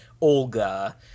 Olga